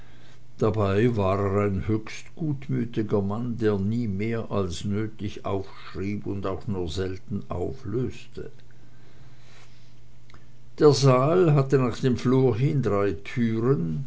dabei war er ein höchst gutmütiger mann der nie mehr als nötig aufschrieb und auch nur selten auflöste der saal hatte nach dem flur hin drei türen